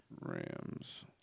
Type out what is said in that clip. Rams